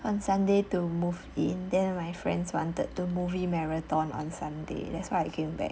on sunday to move in then my friends wanted movie marathon on sunday that's why I came back